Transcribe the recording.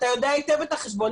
אתה יודע היטב את החשבון,